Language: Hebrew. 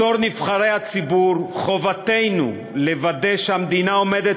בתור נבחרי הציבור חובתנו לוודא שהמדינה עומדת